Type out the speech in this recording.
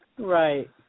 right